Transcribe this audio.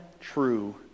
true